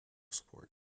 support